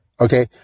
okay